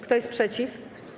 Kto jest przeciw?